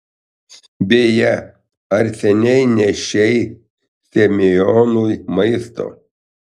beje ar seniai nešei semionui maisto